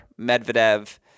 Medvedev